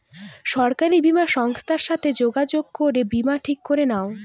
সরকারি বীমা সংস্থার সাথে যোগাযোগ করে বীমা ঠিক করে নাও